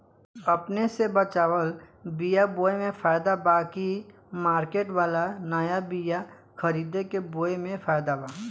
अपने से बचवाल बीया बोये मे फायदा बा की मार्केट वाला नया बीया खरीद के बोये मे फायदा बा?